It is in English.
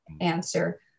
answer